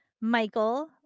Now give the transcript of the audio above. Michael